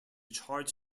charge